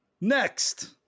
Next